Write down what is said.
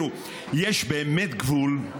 יש באמת גבול,